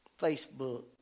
Facebook